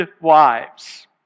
wives